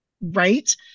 Right